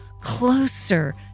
closer